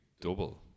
double